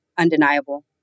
undeniable